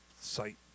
site